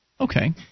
Okay